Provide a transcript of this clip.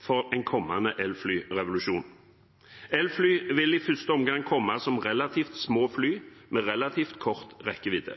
for en kommende elflyrevolusjon. Elfly vil i første omgang komme som relativt små fly, med relativt kort rekkevidde.